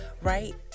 right